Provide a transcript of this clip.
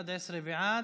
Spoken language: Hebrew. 11 בעד,